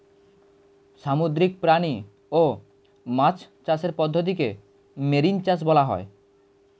সামুদ্রিক প্রাণী ও মাছ চাষের পদ্ধতিকে মেরিন চাষ বলা হয়